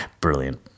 Brilliant